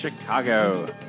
Chicago